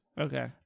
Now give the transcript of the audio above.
Okay